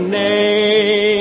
name